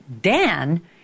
Dan